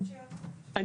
אני